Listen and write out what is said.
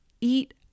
eat